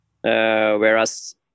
Whereas